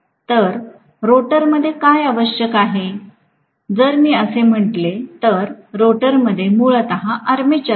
तर रोटरमध्ये काय आवश्यक आहे जर मी असे म्हटले तर रोटरमध्ये मूलत आर्मेचर आहे